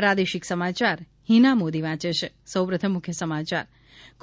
પ્રાદેશિક સમાચાર હીના મોદી વાંચ છ